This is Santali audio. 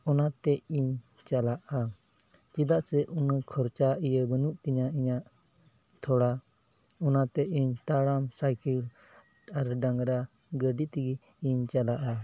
ᱚᱱᱟᱛᱮ ᱤᱧ ᱪᱟᱞᱟᱜᱼᱟ ᱪᱮᱫᱟᱜ ᱥᱮ ᱩᱱᱟᱹᱜ ᱠᱷᱚᱨᱪᱟ ᱤᱭᱟᱹ ᱵᱟᱹᱱᱩᱜ ᱛᱤᱧᱟᱹ ᱤᱧᱟᱹᱜ ᱛᱷᱚᱲᱟ ᱚᱱᱟᱛᱮ ᱤᱧ ᱛᱟᱲᱟᱢ ᱥᱟᱭᱠᱮᱞ ᱟᱨ ᱰᱟᱝᱨᱟ ᱜᱟᱹᱰᱤ ᱛᱮᱜᱮ ᱤᱧ ᱪᱟᱞᱟᱜᱼᱟ